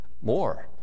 more